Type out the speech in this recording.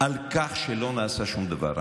על כך שלא נעשה שום דבר.